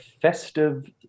festive